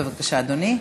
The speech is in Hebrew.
בבקשה, אדוני.